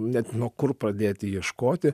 net nuo kur pradėti ieškoti